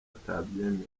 atabyemera